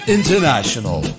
International